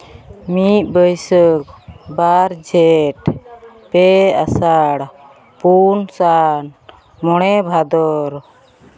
ᱢᱤᱫ ᱵᱟᱹᱭᱥᱟᱹᱠᱷ ᱵᱟᱨ ᱡᱷᱮᱸᱴ ᱯᱮ ᱟᱥᱟᱲ ᱯᱩᱱ ᱥᱟᱱ ᱢᱚᱬᱮ ᱵᱷᱟᱫᱚᱨ